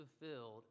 fulfilled